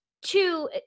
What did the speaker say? two